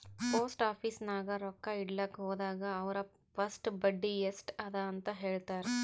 post office ನಾಗ್ ರೊಕ್ಕಾ ಇಡ್ಲಕ್ ಹೋದಾಗ ಅವ್ರ ಫಸ್ಟ್ ಬಡ್ಡಿ ಎಸ್ಟ್ ಅದ ಅಂತ ಹೇಳ್ತಾರ್